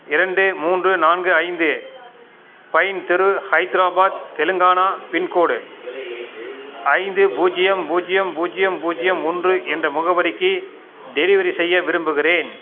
இரண்டு மூன்று நான்கு ஐந்து பைன் தெரு ஹைதராபாத் தெலுங்கானா பின்கோடு ஐந்து பூஜ்ஜியம் பூஜ்ஜியம் பூஜ்ஜியம் பூஜ்ஜியம் ஒன்று என்ற முகவரிக்கு டெலிவரி செய்ய விரும்புகின்றேன்